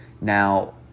Now